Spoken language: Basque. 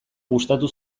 gustatu